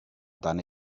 done